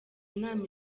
inama